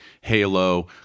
Halo